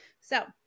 So-